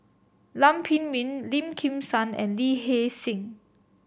Lam Pin Min Lim Kim San and Lee Hee Seng